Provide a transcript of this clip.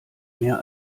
mehr